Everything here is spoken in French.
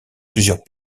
plusieurs